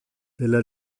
della